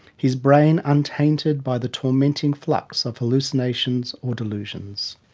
his brain untainted by the tormenting flux of hallucinations or delusions.